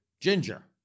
ginger